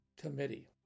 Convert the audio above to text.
Committee